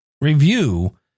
review